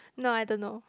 no I don't know